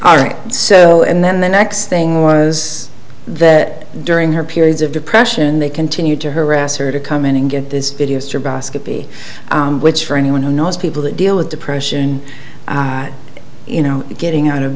all right so and then the next thing was that during her periods of depression they continued to harass her to come in and get this video your basket b which for anyone who knows people that deal with depression you know getting out of